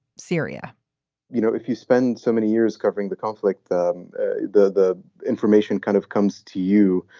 syria you know, if you spend so many years covering the conflict, the the the information kind of comes to you.